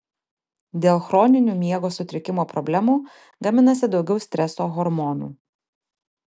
dėl chroninių miego sutrikimo problemų gaminasi daugiau streso hormonų